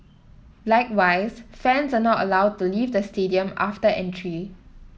likewise fans are not allowed to leave the stadium after entry